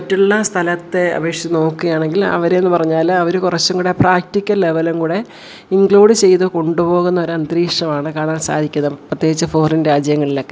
മറ്റുള്ള സ്ഥലത്തേ അപേക്ഷിച്ച് നോക്കുകയാണെങ്കിൽ അവരെയെന്നു പറഞ്ഞാൽ അവർ കുറച്ചും കൂടി പ്രാക്റ്റിക്കൽ ലെവലും കൂടി ഇൻക്ലൂഡ് ചെയ്ത് കൊണ്ടു പോകുന്നൊരന്തരീക്ഷമാണ് കാണാൻ സാധിക്കുന്നത് പ്രത്യേകിച്ച് ഫോറിൻ രാജ്യങ്ങളിലൊക്കെ ഏ